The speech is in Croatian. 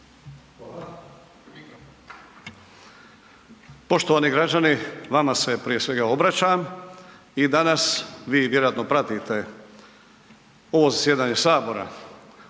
Poštovani građani, vama se prije svega obraćam. I danas vi vjerojatno pratite ovo zasjedanje Sabora,